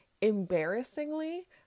embarrassingly